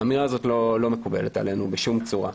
האמירה זאת לא מקובלת עלינו בשום צורה.